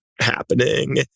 happening